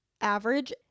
average